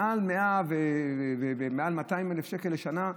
מעל 100,000 ו-200,000 שקל לשנה.